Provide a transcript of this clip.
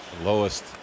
lowest